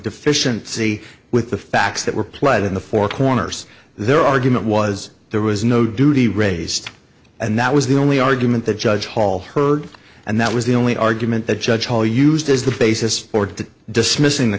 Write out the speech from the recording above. deficiency with the facts that were played in the four corners their argument was there was no duty raised and that was the only argument that judge hall heard and that was the only argument that judge hall used as the basis or to dismissing the